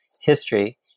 history